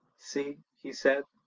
see! he said,